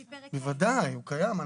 בוודאי, הוא קיים.